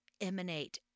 emanate